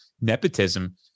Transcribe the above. nepotism